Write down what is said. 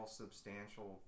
substantial